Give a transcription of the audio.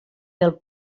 del